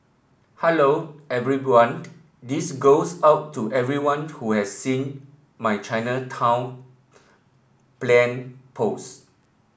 hello everyone This goes out to everyone who has seen my Chinatown plane post